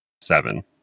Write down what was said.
seven